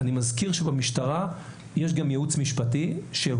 אני מזכיר שבמשטרה יש גם ייעוץ משפטי שהוא